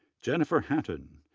jennifer hatton,